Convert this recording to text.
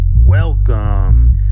Welcome